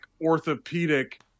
orthopedic